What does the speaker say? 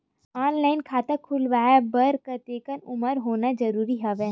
Online खाता खुलवाय बर कतेक उमर होना जरूरी हवय?